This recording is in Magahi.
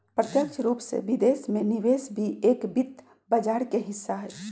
प्रत्यक्ष रूप से विदेश में निवेश भी एक वित्त बाजार के हिस्सा हई